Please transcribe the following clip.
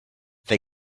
they